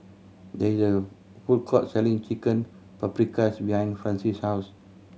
there is a food court selling Chicken Paprikas behind Francis' house